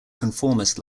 conformist